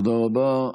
תודה רבה.